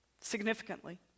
significantly